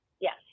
Yes